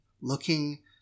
looking